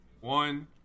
one